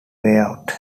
buyout